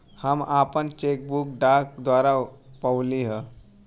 हम आपन cheque book डाक द्वारा पउली है